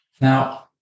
Now